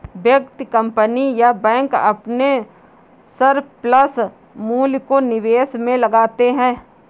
व्यक्ति, कंपनी या बैंक अपने सरप्लस मूल्य को निवेश में लगाते हैं